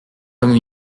comme